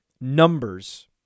numbers